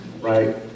right